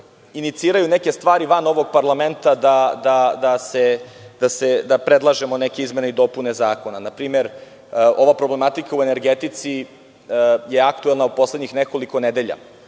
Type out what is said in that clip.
iniciraju neke stvari van ovog parlamenta da predlažemo neke izmene i dopune zakona. Na primer, ova problematika u energetici je aktuelna u poslednjih nekoliko nedelja.